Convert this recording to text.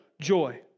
joy